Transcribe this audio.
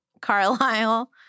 Carlisle